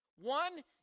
One